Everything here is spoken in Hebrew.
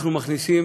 אנחנו מכניסים